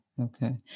okay